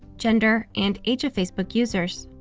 gender, and age of facebook users.